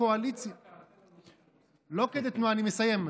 אני מסיים,